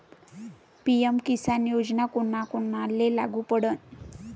PM Kisan योजना कोना कोनाले लागू पडन?